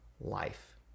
life